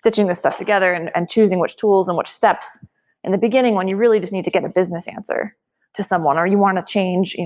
stitching this stuff together and and choosing which tools and which steps in the beginning, when you really just need to get a business answer to someone, or you want to change,